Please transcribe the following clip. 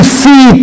see